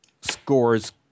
scores